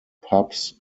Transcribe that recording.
pubs